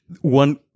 one